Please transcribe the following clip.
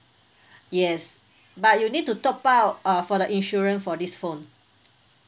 yes but you need to top up uh for the insurance for this phone